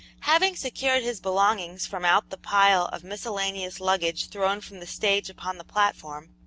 having secured his belongings from out the pile of miscellaneous luggage thrown from the stage upon the platform,